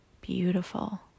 beautiful